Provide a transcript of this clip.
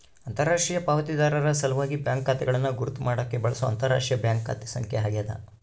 ಅಂತರರಾಷ್ಟ್ರೀಯ ಪಾವತಿದಾರರ ಸಲ್ವಾಗಿ ಬ್ಯಾಂಕ್ ಖಾತೆಗಳನ್ನು ಗುರುತ್ ಮಾಡಾಕ ಬಳ್ಸೊ ಅಂತರರಾಷ್ಟ್ರೀಯ ಬ್ಯಾಂಕ್ ಖಾತೆ ಸಂಖ್ಯೆ ಆಗ್ಯಾದ